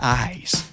eyes